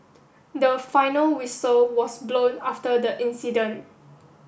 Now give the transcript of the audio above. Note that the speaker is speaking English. the final whistle was blown after the incident